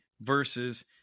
versus